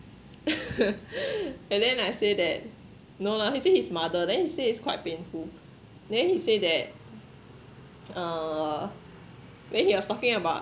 and then I say that no lah he say his mother then he say it's quite painful then he say that uh when he was talking about